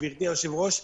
גברתי היושבת-ראש,